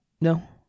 No